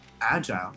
Agile